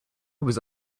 was